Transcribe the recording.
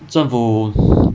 政府